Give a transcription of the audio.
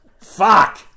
Fuck